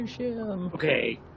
Okay